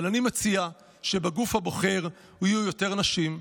אבל אני מציע שבגוף הבוחר יהיו יותר נשים,